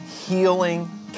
healing